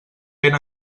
ben